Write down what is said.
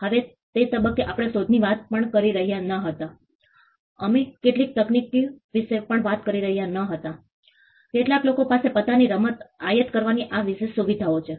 હવે તે તબક્કે આપણે શોધની વાત પણ કરી રહ્યા ન હતા અમે કેટલીક તકનીકો વિશે પણ વાત કરી રહ્યા ન હતા કેટલાક લોકો પાસે પત્તા ની રમત આયાત કરવાની આ વિશેષ સુવિધાઓ છે